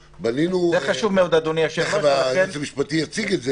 תיכף היועץ המשפטי יציג את זה,